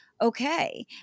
Okay